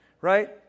right